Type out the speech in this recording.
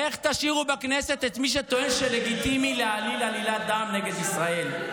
איך תשאירו בכנסת את מי שטוען שלגיטימי להעליל עלילת דם נגד ישראל?